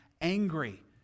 angry